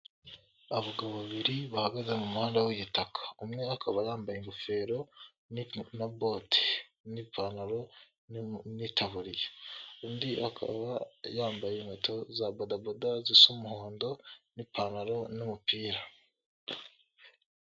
Abagabo babiri bahagaze mu muhanda w'igitaka umwe akaba yambaye ingofero na bote n'ipantaro n'itabuye undi akaba yambaye inkweto za badaboda zisa umuhondo n'ipantaro n'umupira.